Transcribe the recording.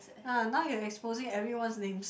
ya now you exposing everyone's names